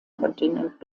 kontinent